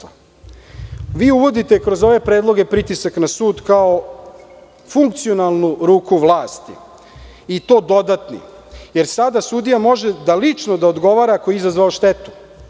Vi uvodite kroz ove predloge pritisak na sud kao funkcionalnu ruku vlasti i to dodatni, jer sada sudija može da lično odgovara ako je izazvao štetu.